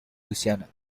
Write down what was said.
luisiana